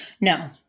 No